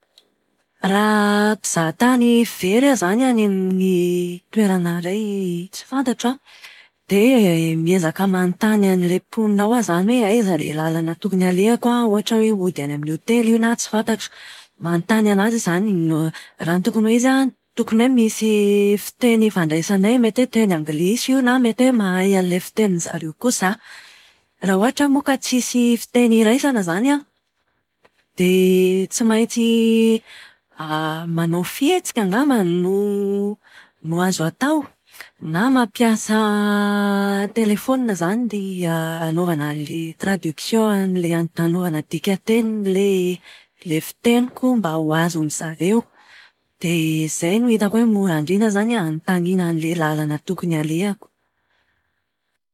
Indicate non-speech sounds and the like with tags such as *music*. Raha mpizaha tany very aho izany any amin'ny toerana iray tsy fantatro an, dia miezaka manontany an'ilay mponina ao aho izany hoe aiza ilay lalana tokony alehako an, ohatra hoe hody any amin'ny hotely io na tsy fantatro. Manontany anazy aho izany ny na- raha ny tokony ho izy an, tokony hoe misy fiteny hifandraisanay mety hoe teny anglisy io na mety hoe mahay an'ilay fitenin'izareo koa izaho. Raha ohatra moa ka tsisy fiteny iraisana izany an, dia tsy maintsy *hesitation* manao fihetsika angambany no no azo atao. Na mampiasa *hesitation* telefaonina *hesitation* hanaovana an'ilay traduction an'ilay hanaovana dikan-tenin'ilay fiteniko mba ho azon'izareo. Dia izay no hitako hoe mora indrindra izany an hanontaniana an'ilay lalana tokony alehako.